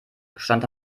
gestand